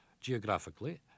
geographically